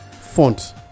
font